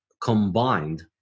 combined